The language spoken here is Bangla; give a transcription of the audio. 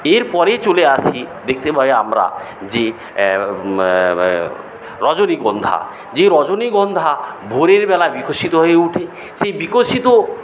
এরপরে চলে আসি দেখতে পাই আমরা যে এ এ রজনীগন্ধা যে রজনীগন্ধা ভোরেরবেলায বিকশিত হয়ে ওঠে সেই বিকশিত